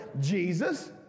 Jesus